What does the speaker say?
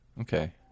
Okay